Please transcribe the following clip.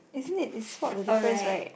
isn't it it's spot the difference [right]